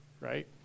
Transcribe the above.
Right